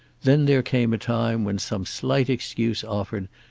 then there came a time when some slight excuse offered,